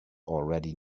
already